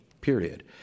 period